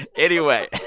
and anyway.